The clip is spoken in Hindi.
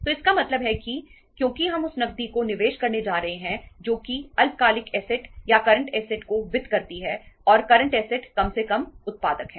तो इसका मतलब है कि क्योंकि हम उस नकदी को निवेश करने जा रहे हैं जो कि अल्पकालिक ऐसेट कम से कम उत्पादक है